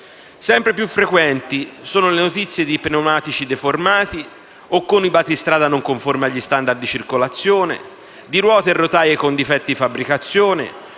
Sempre più frequenti sono le notizie di pneumatici deformati o con i battistrada non conformi agli *standard* di circolazione, di ruote e rotaie con difetti di fabbricazione